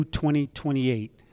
2028